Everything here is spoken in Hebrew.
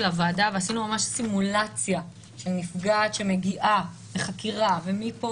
הוועדה ועשינו ממש סימולציה של נפגעת שמגיעה לחקירה ומפה